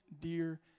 dear